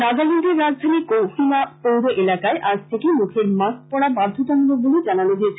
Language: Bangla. নাগাল্যান্ডের রাজধানী কোহিমা পৌর এলাকায় আজ থেকে মৃখের মাস্ক পড়া বাধ্যতামূলক বলে জানানো হয়েছে